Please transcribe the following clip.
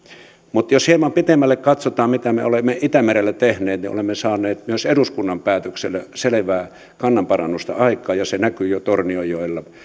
mutta jos hieman pitemmälle katsotaan mitä me me olemme itämerellä tehneet niin olemme saaneet myös eduskunnan päätöksellä selvää kannan parannusta aikaan ja se näkyy jo tornionjoella